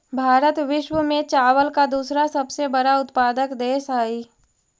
भारत विश्व में चावल का दूसरा सबसे बड़ा उत्पादक देश हई